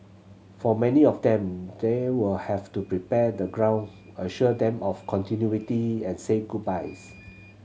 for many of them they will have to prepare the ground assure them of continuity and say goodbyes